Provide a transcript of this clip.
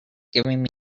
giving